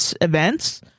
events